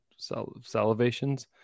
salivations